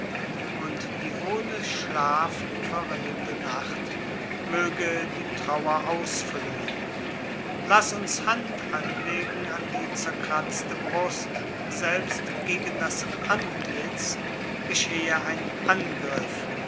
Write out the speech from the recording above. auch die ohne schlaf verrinnende nacht möge die trauer ausfüllen laß uns hand anlegen an die zerkratzte brust selbst gegen das antlitz geschehe ein abgriff